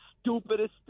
stupidest